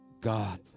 God